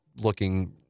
looking